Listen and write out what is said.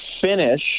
finish